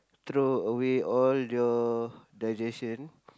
throw away all your digestion